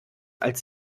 als